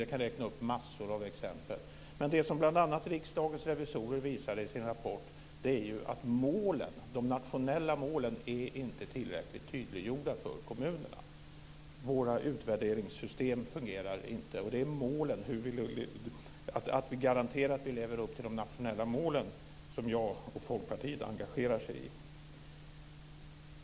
Jag kan räkna upp massor av exempel. Det som bl.a. Riksdagens revisorer visade i sin rapport är ju att målen, de nationella målen, inte är tillräckligt tydliggjorda för kommunerna. Våra utvärderingssystem fungerar inte. Och det är målen, att vi garanterar att vi lever upp till de nationella målen, som jag och Folkpartiet engagerar oss i.